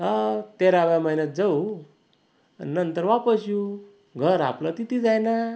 हां तेराव्या महिन्यात जाऊ आणि नंतर वापस येऊ घर आपलं तिथंच आहे ना